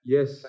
Yes